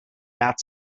rád